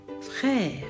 frère